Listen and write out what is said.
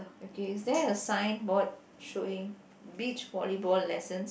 okay is there a signboard showing beach volleyball lessons